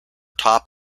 top